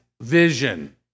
vision